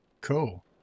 Cool